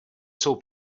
jsou